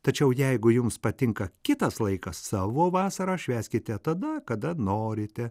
tačiau jeigu jums patinka kitas laikas savo vasarą švęskite tada kada norite